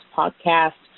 podcast